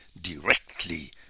directly